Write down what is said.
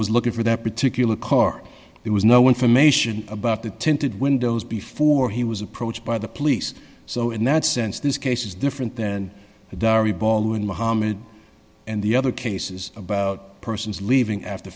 was looking for that particular car there was no information about the tinted windows before he was approached by the police so in that sense this case is different than the dari baldwin mohammed and the other cases about persons leaving after